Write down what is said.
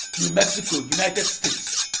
new mexico, united states.